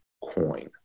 Coin